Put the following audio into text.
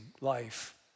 life